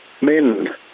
men